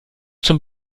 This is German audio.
zum